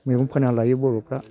मैगं फोना लायो बर'फ्रा